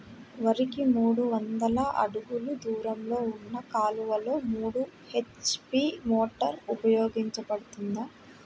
వరికి మూడు వందల అడుగులు దూరంలో ఉన్న కాలువలో మూడు హెచ్.పీ మోటార్ ఉపయోగపడుతుందా?